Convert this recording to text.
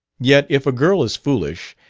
yet if a girl is foolish,